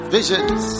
Visions